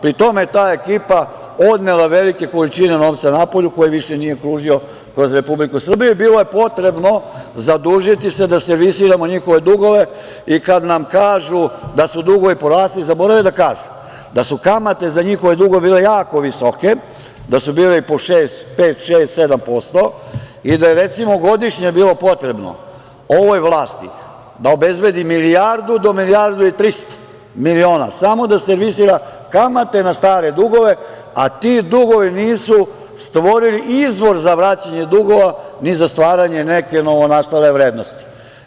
Pri tome, ta ekipa je odnela velike količine novca napolju, koji više nije kružio kroz Republiku Srbiju i bilo je potrebno zadužiti se, da servisiramo njihove dugove i kada nam kažu da su dugovi porasli, zaborave da kažu da su kamate za njihove dugove bile jako visoke, da su bile i po 5%, 6%, 7% i da je, recimo, godišnje bilo potrebno ovoj vlasti da obezbedi milijardu do milijardu i 300 miliona samo da servisira kamate na stare dugove, a ti dugovi nisu stvorili izvor za vraćanje dugova, ni za stvaranje neke novonastale vrednosti.